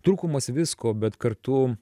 trūkumas visko bet kartu